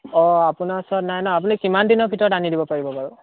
অঁ আপোনাৰ ওচৰত নাই ন আপুনি কিমান দিনৰ ভিতৰত আনি দিব পাৰিব বাৰু